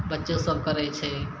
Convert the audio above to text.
बच्चो सभ करै छै